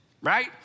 right